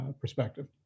perspective